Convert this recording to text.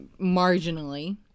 marginally